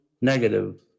Negative